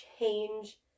change